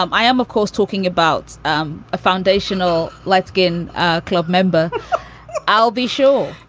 um i am, of course, talking about um a foundational, like, skin ah club member i'll be sure.